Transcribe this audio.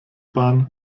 bahn